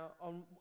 on